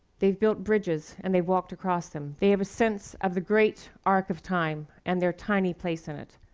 they've built bridges, and they've walked across them. they have a sense of the great arc of time and their tiny place in it.